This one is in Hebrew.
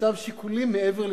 ישנם שיקולים מעבר לבינתנו.